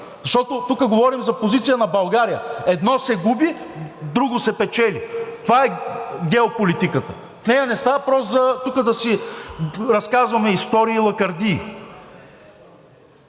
защото тук говорим за позиция на България – едно се губи, друго се печели. Това е геополитиката. В нея не става въпрос тука да си разказваме истории и лакърдии.